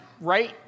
right